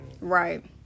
Right